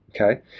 okay